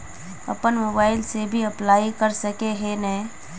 अपन मोबाईल से भी अप्लाई कर सके है नय?